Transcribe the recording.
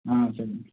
ஆ சரி